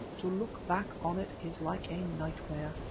to look back on it is like a nightmare.